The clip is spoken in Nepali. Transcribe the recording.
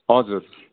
हजुर